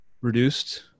reduced